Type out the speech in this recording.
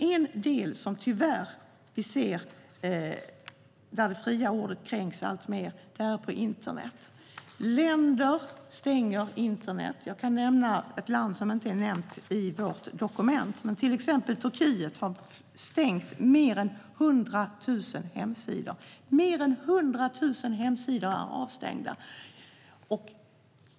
Vi ser tyvärr alltmer att det fria ordet kränks på internet. Länder stänger internet. Ett land som inte är nämnt i vårt dokument är Turkiet. Där har man stängt mer än 100 000 hemsidor.